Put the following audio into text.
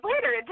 later